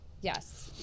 yes